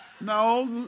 No